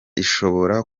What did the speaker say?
ishobora